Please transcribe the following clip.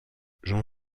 jean